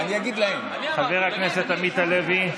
חבר הכנסת עמית הלוי,